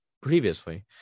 previously